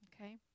Okay